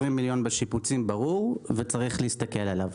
מיליון בשיפוצים ברור וצריך להסתכל עליו.